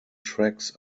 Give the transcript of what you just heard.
tracks